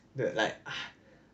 dude like